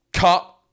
cut